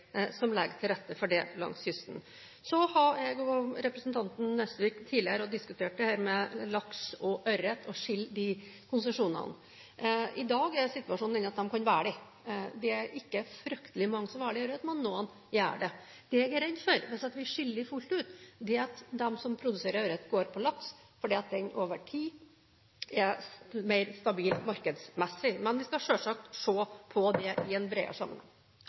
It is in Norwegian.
som legger til rette for det langs kysten. Så har jeg og representanten Nesvik tidligere også diskutert dette med laks og ørret og det å skille de konsesjonene. I dag er situasjonen egentlig at de kan velge. Det er ikke fryktelig mange som velger ørret, men noen gjør det. Det jeg er redd for hvis vi skiller dem fullt ut, er at de som produserer ørret, går på laks, fordi den over tid er markedsmessig mer stabil. Men vi skal selvsagt se på det i en bredere sammenheng.